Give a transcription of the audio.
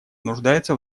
нуждается